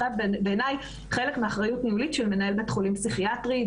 בעיניי זה חלק מאחריות ניהולית של מנהל בית חולים פסיכיאטרי,